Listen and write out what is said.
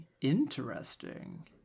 interesting